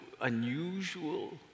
unusual